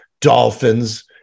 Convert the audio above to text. dolphins